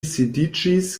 sidiĝis